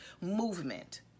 movement